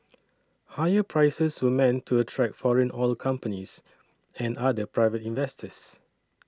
higher prices were meant to attract foreign oil companies and other private investors